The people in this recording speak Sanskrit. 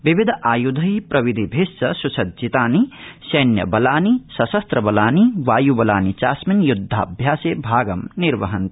विविध आयुधै प्रविधिभिश्च सुसज्जितानि सैन्यबलानि सशस्त्रबलानि वाय्बलानि चास्मिनाय्द्धाभ्यासे भागं निर्वहन्ति